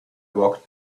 walked